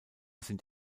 sind